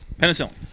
Penicillin